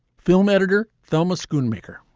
film editor, thelma's gunmaker.